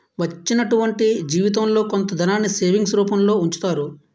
వచ్చినటువంటి జీవితంలో కొంత ధనాన్ని సేవింగ్స్ రూపంలో ఉంచుతారు